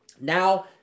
now